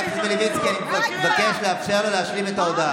קצת כבוד.